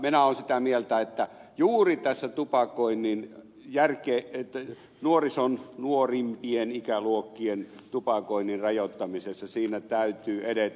minä olen sitä mieltä että juuri tässä nuorison nuorimpien ikäluokkien tupakoinnin rajoittamisessa täytyy edetä